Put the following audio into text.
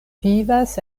vivas